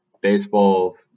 baseball